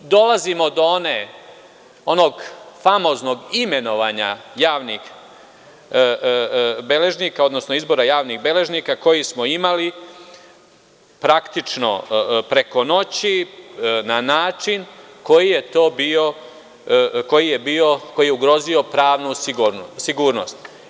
Dolazimo do onog famoznog imenovanja javnih beležnika, odnosno izbora javnih beležnika koji smo imali, praktično preko noći na način koji je ugrozio pravnu sigurnost.